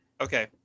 Okay